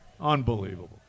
Unbelievable